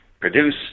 produce